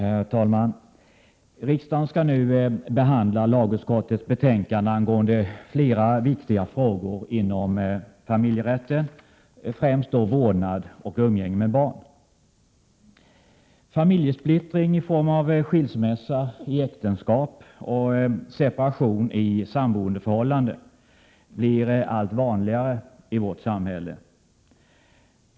Herr talman! Riksdagen skall nu behandla lagutskottets betänkande angående flera viktiga frågor inom familjerätten och främst då frågan om vårdnad om och umgänge med barn. Familjesplittring i form av skilsmässa i äktenskap och separation i samboendeförhållanden blir allt vanligare i vårt samhälle.